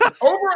over